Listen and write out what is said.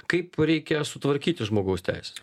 kaip reikia sutvarkyti žmogaus teises